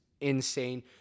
insane